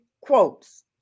quotes